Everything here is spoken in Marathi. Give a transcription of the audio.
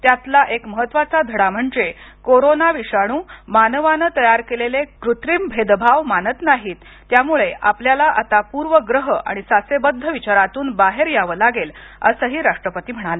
त्यातला एका महत्त्वाचा धडा म्हणजे कोरोना विषाणू मानवानं तयार केलेले कृत्रिम भेदभाव मानत नाही त्यामुळे आपल्याला आता पूर्वग्रह आणि साचेबद्ध विचारातून बाहेर यावं लागेल असं राष्ट्रपती म्हणाले